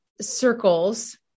circles